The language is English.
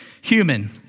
human